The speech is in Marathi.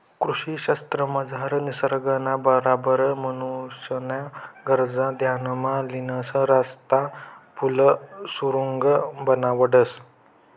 कृषी शास्त्रमझार निसर्गना बराबर माणूसन्या गरजा ध्यानमा लिसन रस्ता, पुल, सुरुंग बनाडतंस